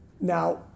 Now